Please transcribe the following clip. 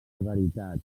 severitat